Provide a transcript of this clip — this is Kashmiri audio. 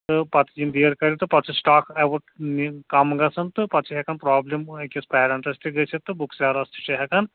تہٕ پَتہٕ یِم بیر کرِ تہٕ پَتہٕ چھِ سٹاک ایوُٹ نہِ کَم گژھن تہٕ پَتہٕ چھِ ہٮ۪کن پرٛابلِم أکِس پٮ۪رنٛٹس تہِ گٔژھِتھ تہٕ بُک سٮ۪لرَس تہِ چھِ ہٮ۪کان